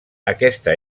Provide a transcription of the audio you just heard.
aquesta